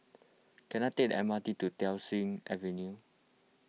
can I take the M R T to Thiam Siew Avenue